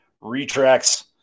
retracts